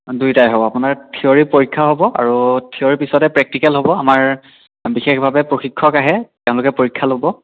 অঁ দুইটাই হ'ব আপোনাৰ থিয়ৰী পৰীক্ষা হ'ব আৰু থিয়ৰীৰ পিছতে প্ৰেক্টিকেল হ'ব আমাৰ বিশেষভাৱে প্ৰশিক্ষক আহে তেওঁলোকে পৰীক্ষা ল'ব